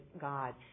God